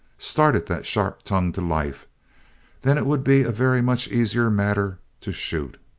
started that sharp tongue to life then it would be a very much easier matter to shoot.